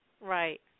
right